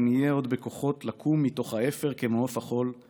אם יהיה עוד בַּכוחות לקום מתוך האפר כמו עוף החול /